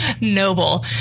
noble